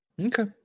Okay